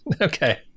okay